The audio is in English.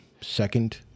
second